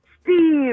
Steve